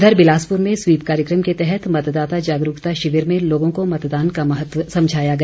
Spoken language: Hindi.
उधर बिलासपुर में स्वीप कार्यक्रम के तहत मतदाता जागरूकता शिविर में लोगों को मतदान का महत्व समझाया गया